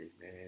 man